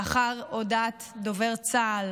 לאחר הודעת דובר צה"ל